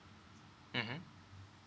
mmhmm